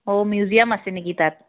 অঁ মিউজিয়াম আছে নেকি তাত